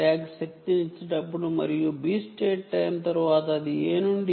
tag శక్తినిచ్చేటప్పుడు మరియు B state time అయిన తరువాత A డిఫాల్ట్ స్టేట్ అవుతుంది